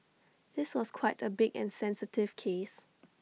this was quite A big and sensitive case